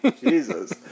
Jesus